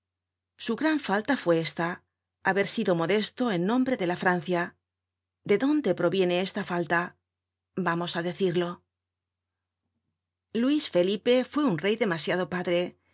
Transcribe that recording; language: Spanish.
su gran falta fue esta haber sido modesto en nombre de la francia de dónde proviene esta falta vamos á decirlo content from google book search generated at luis felipe fue uu rey demasiado padre